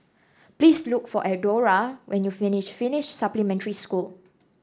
please look for Eudora when you finish Finnish Supplementary School